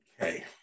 Okay